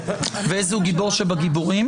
ואיזהו הגיבור שבגיבורים?